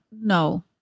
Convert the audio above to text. no